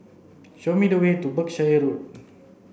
show me the way to Berkshire Road